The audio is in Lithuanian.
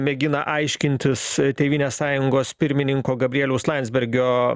mėgina aiškintis tėvynės sąjungos pirmininko gabrieliaus landsbergio